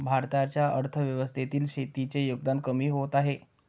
भारताच्या अर्थव्यवस्थेतील शेतीचे योगदान कमी होत आहे